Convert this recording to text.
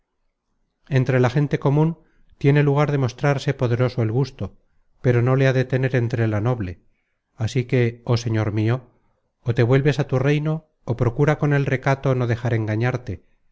entre la gente comun tiene lugar de mostrarse poderoso el gusto pero no le ha de tener entre la noble así que oh señor mio ó te vuelves á tu reino ó procura con el recato no dejar engañarte